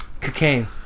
cocaine